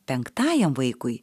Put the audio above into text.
penktajam vaikui